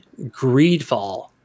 Greedfall